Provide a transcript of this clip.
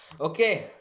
Okay